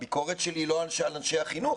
הביקורת שלי היא לא על אנשי החינוך,